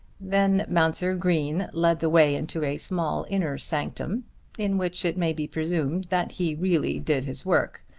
then mounser green led the way into a small inner sanctum in which it may be presumed that he really did his work.